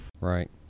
Right